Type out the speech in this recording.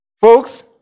Folks